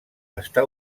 està